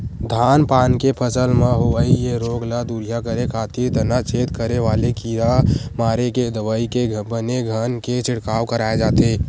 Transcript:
धान पान के फसल म होवई ये रोग ल दूरिहा करे खातिर तनाछेद करे वाले कीरा मारे के दवई के बने घन के छिड़काव कराय जाथे